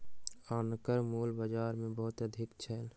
अनारक मूल्य बाजार मे बहुत अधिक छल